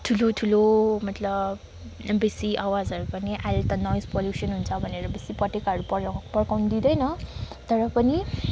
ठुलो ठुलो मतलब बेसी आवाजहरू पनि अहिले त नोइज पल्युसन हुन्छ भनेर बेसी पटेकाहरू पड्काउनु दिँदैन तर पनि